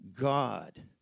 God